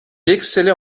excellait